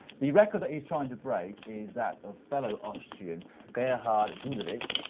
the record that he's trying to break is that of fellow austrian gerhard gulewicz.